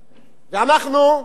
ואנחנו,